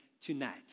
tonight